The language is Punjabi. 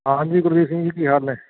ਹਾਂਜੀ ਗੁਰਜੀਤ ਸਿੰਘ ਜੀ ਕੀ ਹਾਲ ਨੇ